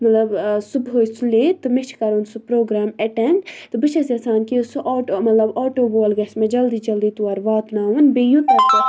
مطلب صُبحٲے سُلے تہٕ مےٚ چھِ کَرُن سُہ پرٛوگرام اٮ۪ٹٮ۪نٛڈ تہٕ بہٕ چھَس یَژھان کہِ سُہ آٹ مطلب آٹو وول گژھِ مےٚ جلدی جلدی تورٕ واتناوُن بیٚیہِ